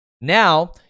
Now